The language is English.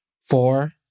four